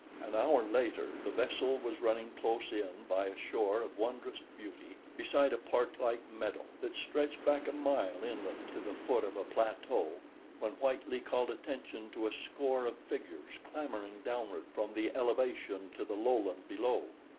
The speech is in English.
an hour later the vessel was running close in by a shore of wondrous beauty beside a parklike meadow that stretched back a mile inland to the foot of a plateau when whitely called attention to a score of figures clambering downward from the elevation to the lowland below.